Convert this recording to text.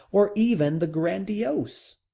or even the grandiose.